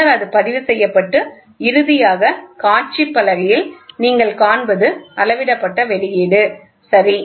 பின்னர் அது பதிவு செய்யப்பட்டு இறுதியாக காட்சி பலகையில் நீங்கள் காண்பது அளவிடப்பட்ட வெளியீடு சரி